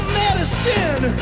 medicine